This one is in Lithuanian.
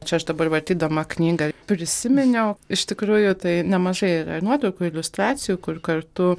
čia aš dabar vartydama knygą prisiminiau iš tikrųjų tai nemažai yra ir nuotraukų iliustracijų kur kartu